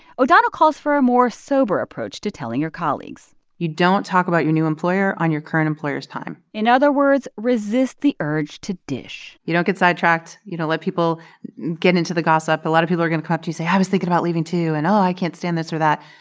o'donnell calls for a more sober approach to telling your colleagues you don't talk about your new employer on your current employer's time in other words, resist the urge to dish you don't get sidetracked. you don't know let people get into the gossip. a lot of people are going to come up to you and say, i was thinking about leaving, too, and, oh, i can't stand this or that.